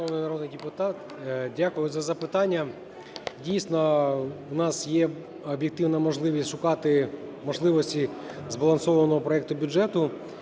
дякую за запитання. Дійсно, в нас є об'єктивна можливість шукати можливості збалансованого проекту бюджету,